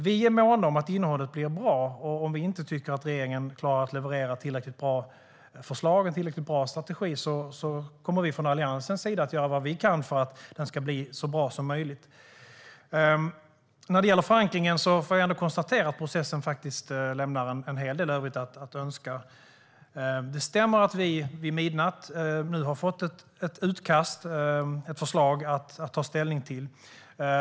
Vi är måna om att innehållet blir bra, och om vi inte tycker att regeringen klarar att leverera tillräckligt bra förslag och en tillräckligt bra strategi kommer vi från Alliansens sida att göra vad vi kan för att den ska bli så bra som möjligt. När det gäller förankringen får jag ändå konstatera att processen lämnar en hel del övrigt att önska. Det stämmer att vi vid midnatt fick ett förslag att ta ställning till.